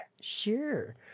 sure